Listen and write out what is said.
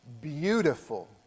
beautiful